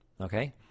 Okay